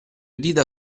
dita